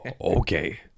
Okay